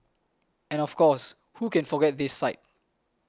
and of course who can forget this sight